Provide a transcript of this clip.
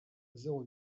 zéro